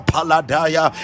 Paladaya